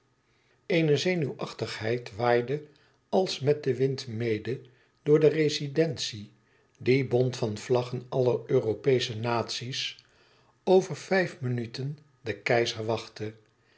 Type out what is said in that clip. eene zenuwachtigheid waaide als met den wind mede door de rezidentie die bont van vlaggen aller europeesche natie's over vijf minuten den keizer wachtte